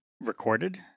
Recorded